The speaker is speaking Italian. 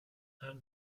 hanno